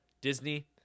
Disney